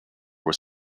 was